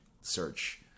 search